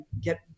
get